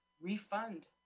refund